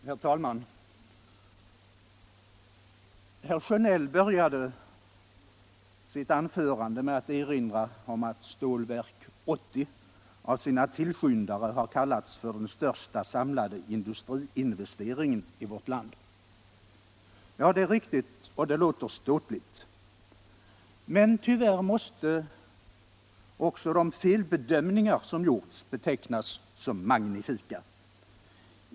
Herr talman! Herr Sjönell började sitt anförande med att erinra om att Stålverk 80 av sina tillskyndare har kallats för den största samlade industriinvesteringen i vårt land. Det är riktigt, och det låter ståtligt. Men tyvärr måste också de felbedömningar som gjorts betecknas som magnifika.